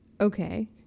Okay